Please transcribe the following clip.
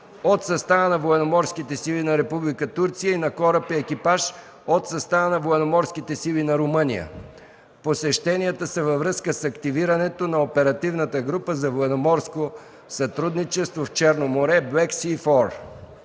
от състава на Военноморските сили на Република Турция и на кораб с екипаж от състава на Военноморските сили на Румъния. Посещенията са във връзка с активирането на оперативната група за военноморско сътрудничество в Черно море „БЛЕКСИФОР”